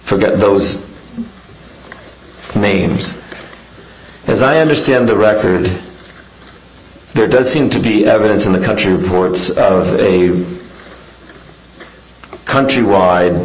forget those names as i understand the record there does seem to be evidence in the country reports of a countrywide